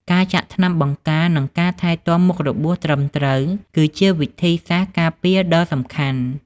ការចាក់ថ្នាំបង្ការ និងការថែទាំមុខរបួសត្រឹមត្រូវ គឺជាវិធីសាស្ត្រការពារដ៏សំខាន់។